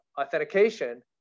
authentication